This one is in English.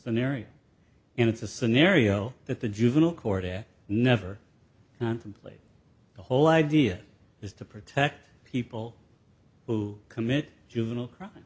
scenario and it's a scenario that the juvenile court never contemplate the whole idea is to protect people who commit juvenile crime